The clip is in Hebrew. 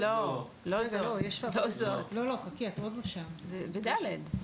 לא זאת, זה ב-(ד).